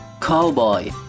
Cowboy